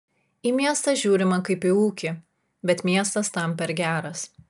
į miestą žiūrima kaip į ūkį bet miestas tam per geras